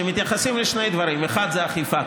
שמתייחסים לשני דברים: האחד זה אכיפה,